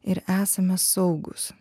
ir esame saugūs